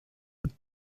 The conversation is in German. und